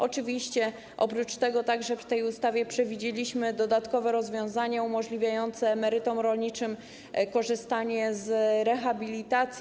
Oczywiście oprócz tego w tej ustawie przewidzieliśmy dodatkowe rozwiązania umożliwiające emerytom rolniczym korzystanie z rehabilitacji.